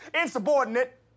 Insubordinate